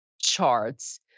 charts